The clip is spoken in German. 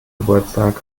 geburtstag